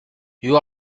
you